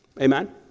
Amen